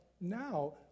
now